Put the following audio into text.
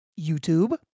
YouTube